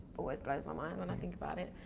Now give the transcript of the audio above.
always blows my mind when i think about it.